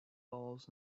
balls